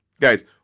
Guys